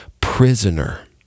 prisoner